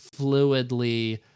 fluidly